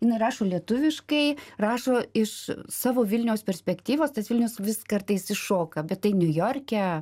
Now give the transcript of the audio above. jinai rašo lietuviškai rašo iš savo vilniaus perspektyvos tas vilnius vis kartais iššoka bet tai niujorke